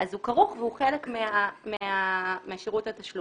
אז הוא כרוך והוא חלק משירות התשלום.